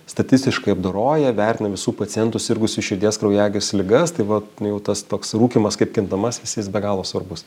statistiškai apdoroja vertina visų pacientų sirgusių širdies kraujagyslių ligas tai va nu jau tas toks rūkymas kaip kintamasis jis be galo svarbus